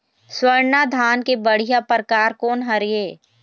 स्वर्णा धान के बढ़िया परकार कोन हर ये?